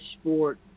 sport